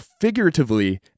figuratively